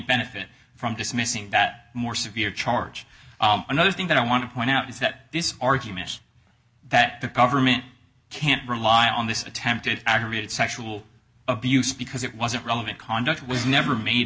benefit from dismissing that more severe charge another thing that i want to point out is that this argument that the government can't rely on this attempted aggravated sexual abuse because it wasn't relevant conduct was never made